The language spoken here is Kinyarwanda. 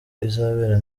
izabera